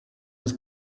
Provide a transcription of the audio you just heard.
was